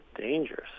dangerous